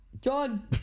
John